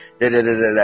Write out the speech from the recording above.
da-da-da-da-da